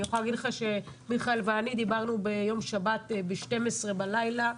יכולה להגיד שמיכאל ואני דיברנו ביום שבת ב-12:00 בלילה,